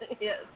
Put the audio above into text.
Yes